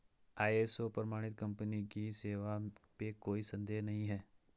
ISO प्रमाणित company की सेवा पे कोई संदेह नहीं है